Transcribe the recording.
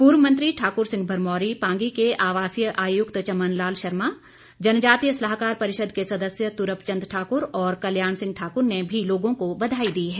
पूर्व मंत्री ठाकुर सिंह भरमौरी पांगी के आवासीय आयुक्त चमन लाल शर्मा जनजातीय सलाहकार परिषद के सदस्य तुरपचंद ठाकुर और कल्याण सिंह ठाकुर ने भी लोगों को बधाई दी है